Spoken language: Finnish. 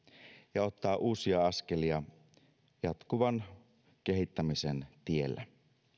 ja ottaa uusia askelia jatkuvan kehittämisen tiellä